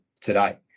today